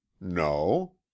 no